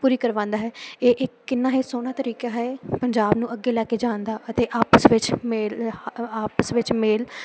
ਪੂਰੀ ਕਰਵਾਉਂਦਾ ਹੈ ਇਹ ਕਿੰਨਾ ਹੀ ਸੋਹਣਾ ਤਰੀਕਾ ਹੈ ਪੰਜਾਬ ਨੂੰ ਅੱਗੇ ਲੈ ਕੇ ਜਾਣ ਦਾ ਅਤੇ ਆਪਸ ਵਿੱਚ ਮੇਲ ਆਪਸ ਵਿੱਚ ਮੇਲ